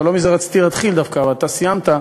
לא מזה רציתי להתחיל דווקא, אבל אתה סיימת,